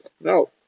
no